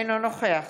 אינו נוכח